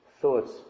thoughts